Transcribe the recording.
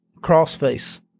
crossface